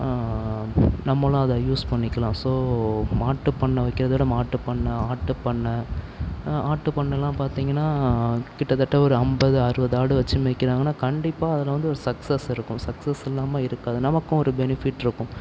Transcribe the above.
நம்மளும் அதை யூஸ் பண்ணிக்கலாம் ஸோ மாட்டுப் பண்ணை வைக்கிறதைவிட மாட்டுப் பண்ணை ஆட்டுப் பண்ணை ஆட்டுப் பண்ணையெலாம் பார்த்திங்கனா கிட்டத்தட்ட ஒரு ஐம்பது அறுபது ஆடு வைச்சி மேய்க்கிறாங்கனால் கண்டிப்பாக அதில் வந்து ஒரு சக்சஸ் இருக்கும் சக்சஸ் இல்லாமல் இருக்காது நமக்கும் ஒரு பெனிஃபிட் இருக்கும்